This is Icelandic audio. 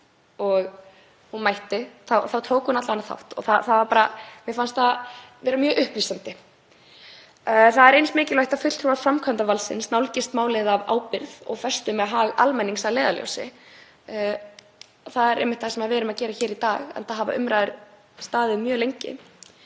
og hún mætti þá tók hún alla vega þátt og mér fannst það bara vera mjög upplýsandi. Það er mikilvægt að fulltrúar framkvæmdarvaldsins nálgist málið af ábyrgð og festu með hag almennings að leiðarljósi og það er einmitt það sem við erum að gera hér í dag, enda hafa umræður staðið mjög lengi.